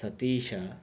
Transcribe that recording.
सतीशः